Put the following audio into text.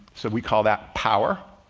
so we call that power.